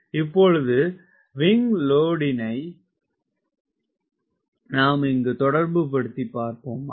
இப்பொழுது விங்க் லோடிங்கினை நாம் இங்கு தொடர்புப்படுத்தி பார்ப்போமா